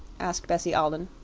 asked bessie alden.